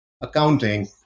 accounting